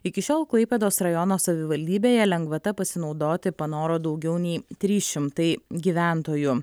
iki šiol klaipėdos rajono savivaldybėje lengvata pasinaudoti panoro daugiau nei trys šimtai gyventojų